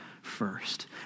first